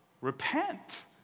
Repent